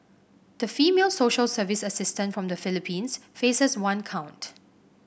the female social service assistant from the Philippines faces one count